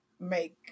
Make